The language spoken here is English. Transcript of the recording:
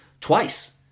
twice